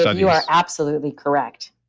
ah you are absolutely correct